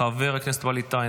חבר הכנסת ווליד טאהא,